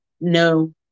no